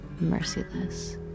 merciless